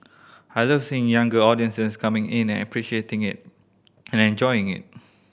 I love seeing younger audiences coming in and appreciating it and enjoying it